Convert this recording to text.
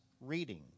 reading